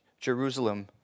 Jerusalem